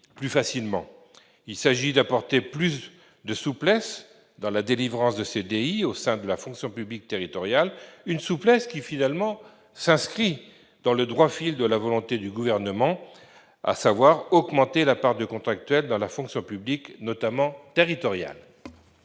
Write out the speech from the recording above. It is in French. Il s'agit d'apporter plus de souplesse dans la délivrance de CDI au sein de la fonction publique territoriale, une souplesse qui s'inscrit finalement dans le droit fil de la volonté du Gouvernement, laquelle consiste à augmenter la part de contractuels dans la fonction publique, notamment territoriale.